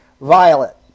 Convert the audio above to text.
Violet